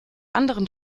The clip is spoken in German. anderen